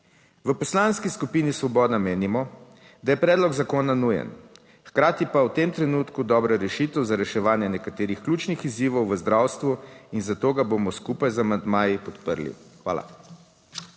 V Poslanski skupini Svoboda menimo, da je predlog zakona nujen, hkrati pa v tem trenutku dobra rešitev za reševanje nekaterih ključnih izzivov v zdravstvu in zato ga bomo skupaj z amandmaji podprli. Hvala.